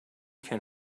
can